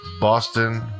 Boston